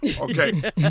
Okay